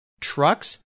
trucks